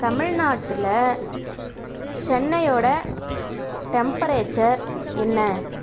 தமிழ்நாட்டில் சென்னையோட டெம்பரேச்சர் என்ன